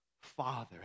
Father